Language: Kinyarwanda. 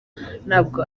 ntabwo